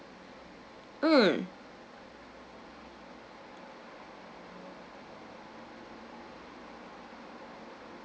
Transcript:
mm